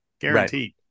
guaranteed